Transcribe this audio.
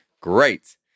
great